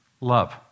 love